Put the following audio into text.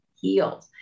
healed